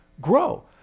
grow